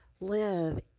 live